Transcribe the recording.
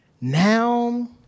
Now